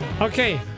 Okay